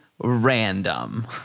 random